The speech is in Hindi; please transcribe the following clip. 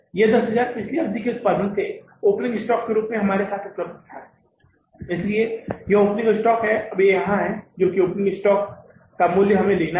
यह 10000 पिछली अवधि के उत्पादन से ओपनिंग स्टॉक के रूप में हमारे साथ उपलब्ध था इसलिए ओपनिंग स्टॉक अब यहाँ है जो कि ओपनिंग स्टॉक मूल्य हमें लेना है